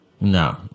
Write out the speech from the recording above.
No